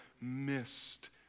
missed